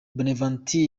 bonaventure